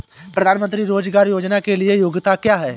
प्रधानमंत्री रोज़गार योजना के लिए योग्यता क्या है?